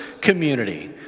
community